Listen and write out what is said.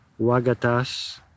Wagatas